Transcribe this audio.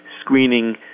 screening